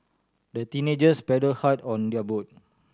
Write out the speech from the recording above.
the teenagers paddled hard on their boat